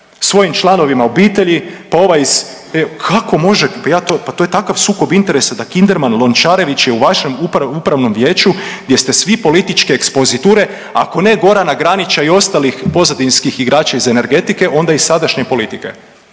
svojim članovima obitelji, pa ovaj iz, kako možete, ja to, pa to je takav sukob interesa da Kinderman Lončarević je u vašem upravnom vijeću gdje ste svi političke ekspoziture ako ne Gorana Granića i ostalih pozadinskih igrača iz energetike onda iz sadašnje politike.